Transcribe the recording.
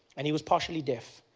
and he was partially deaf.